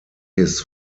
his